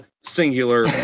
singular